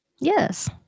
Yes